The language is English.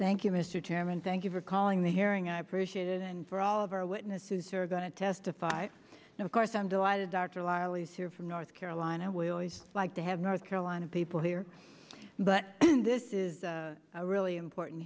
thank you mr chairman thank you for calling the hearing and i appreciate it and for all of our witnesses are going to testify and of course i'm delighted dr lilias here from north carolina we always like to have north carolina people here but this is really important